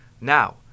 Now